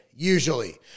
usually